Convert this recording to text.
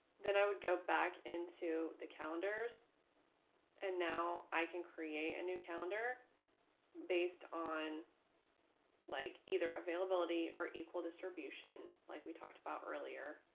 then i would go back into the calendars and now i can create a new calendar based on like either availability or equal distribution, like we talked about earlier.